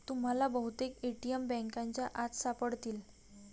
तुम्हाला बहुतेक ए.टी.एम बँकांच्या आत सापडतील